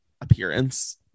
appearance